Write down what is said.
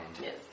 Yes